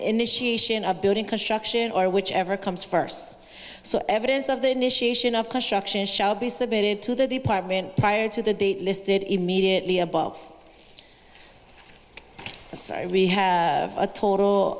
initiation of building construction or whichever comes first so evidence of the initiation of question shall be submitted to the department prior to the date listed immediately above we have a total